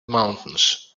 mountains